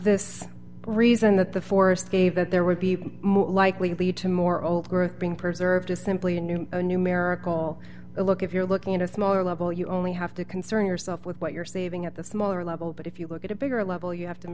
this reason that the forest gave that there would be more likely to lead to more old growth being preserved as simply a new numerical look if you're looking at a smaller level you only have to concern yourself with what you're saving at the smaller level but if you look at a bigger level you have to